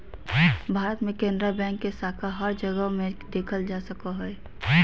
भारत मे केनरा बैंक के शाखा हर जगह मे देखल जा सको हय